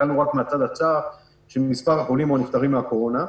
שהסתכלנו רק מהצד הצר של מספר החולים או הנפטרים מהקורונה.